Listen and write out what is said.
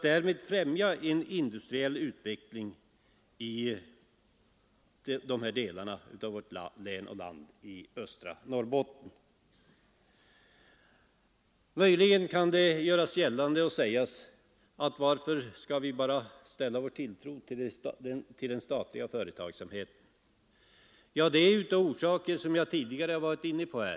Därmed skulle en industriell utveckling i dessa delar av östra Norrbotten kunna främjas. Möjligen kan någon fråga varför vi enbart skall sätta vår tilltro till den statliga företagsamheten. Det sker av orsaker som jag tidigare varit inne på.